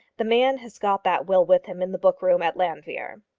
the man has got that will with him in the book-room at llanfeare.